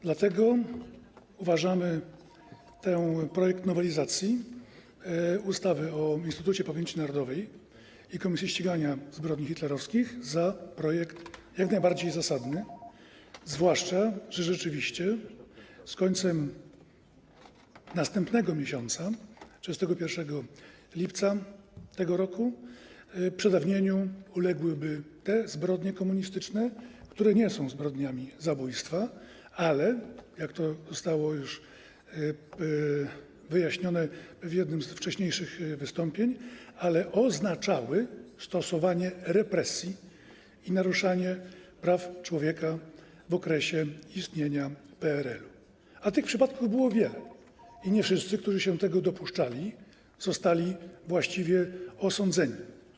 Dlatego uważamy ten projekt nowelizacji ustawy o Instytucie Pamięci Narodowej - Komisji Ścigania Zbrodni przeciwko Narodowi Polskiemu za projekt jak najbardziej zasadny, zwłaszcza że rzeczywiście z końcem następnego miesiąca, 31 lipca tego roku, przedawnieniu uległyby te zbrodnie komunistyczne, które nie są zbrodniami zabójstwa, ale - jak to zostało już wyjaśnione w jednym z wcześniejszym wystąpień - oznaczały stosowanie represji i naruszanie praw człowieka w okresie istnienia PRL-u, a tych przypadków było wiele i nie wszyscy, którzy się tego dopuszczali, zostali właściwie osądzeni.